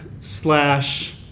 slash